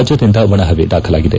ರಾಜ್ಞಾದ್ಖಂತ ಒಣ ಹವೆ ದಾಖಲಾಗಿದೆ